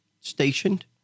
stationed